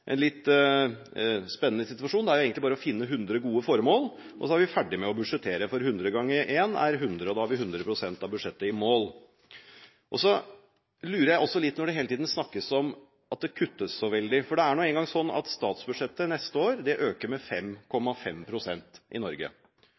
en litt spennende situasjon. Det er egentlig bare å finne 100 gode formål, og så er vi ferdig med å budsjettere, for 100 ganger 1 er 100, og da har vi 100 pst. av budsjettet i mål. Så lurer jeg også litt når det hele tiden snakkes om at det kuttes så veldig. For det er nå engang sånn at statsbudsjettet neste år øker med